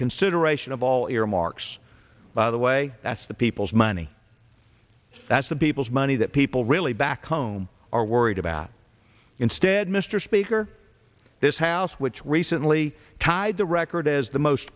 consideration of all earmarks by the way that's the people's money that's the people's money that people really back home are worried about instead mr speaker this house which recently tied the record as the most